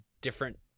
different